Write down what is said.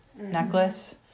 necklace